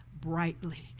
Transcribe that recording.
brightly